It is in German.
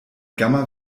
gamma